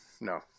No